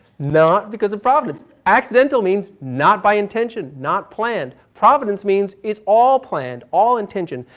not because of providence. accidental means not by intention, not planned. providence means it's all planned, all intention.